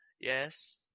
yes –